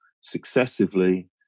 successively